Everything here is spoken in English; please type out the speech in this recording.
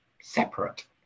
separate